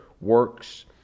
works